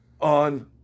on